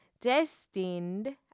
destined